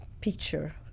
picture